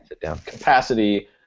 capacity